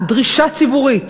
דרישה ציבורית